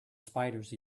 spiders